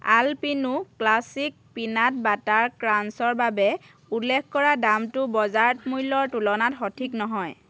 Alpino classic peanut butter ক্ৰাঞ্চৰ বাবে উল্লেখ কৰা দামটো বজাৰ মূল্যৰ তুলনাত সঠিক নহয়